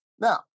Now